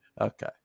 Okay